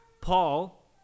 Paul